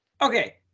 Okay